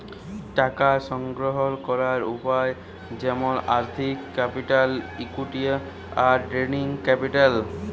টাকা সংগ্রহল ক্যরের উপায় যেমলি আর্থিক ক্যাপিটাল, ইকুইটি, আর ট্রেডিং ক্যাপিটাল